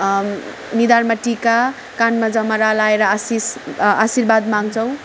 निधारमा टिका कानमा जमारा लगाएर आशिष् आशीर्वाद माग्छौँ